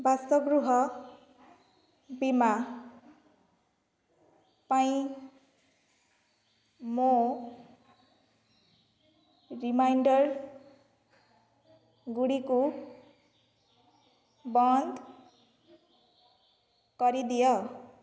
ବାସଗୃହ ବୀମା ପାଇଁ ମୋ ରିମାଇଣ୍ଡର୍ଗୁଡ଼ିକୁ ବନ୍ଦ କରିଦିଅ